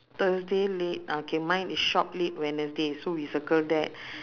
thursday late uh K mine is shop late wednesday so we circle that